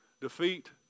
defeat